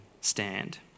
stand